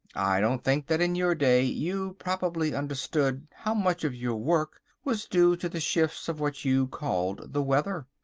i don't think that in your day you properly understood how much of your work was due to the shifts of what you called the weather.